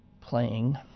playing